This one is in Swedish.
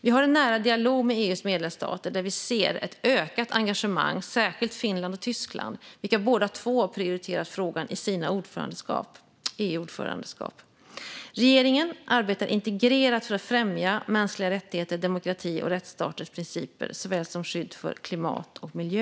Vi har en nära dialog med EU:s medlemsstater där vi ser ett ökat engagemang. Det gäller särskilt Finland och Tyskland, vilka båda två har prioriterat frågan i sina EU-ordförandeskap. Regeringen arbetar integrerat för att främja mänskliga rättigheter, demokrati och rättsstatens principer såväl som skydd för klimat och miljö.